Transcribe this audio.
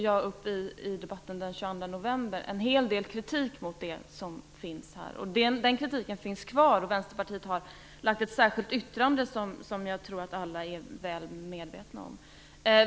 I debatten den 22 november tog jag upp en hel del kritik mot det som finns här. Den kritiken finns kvar. Vänsterpartiet har avgett ett särskilt yttrande som jag tror att alla är väl medvetna om.